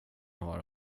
har